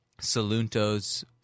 Salunto's